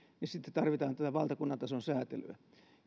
niin sitten tarvitaan tätä valtakunnan tason sääntelyä